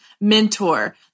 Mentor